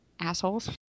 assholes